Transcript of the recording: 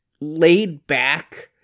laid-back